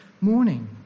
morning